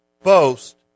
Boast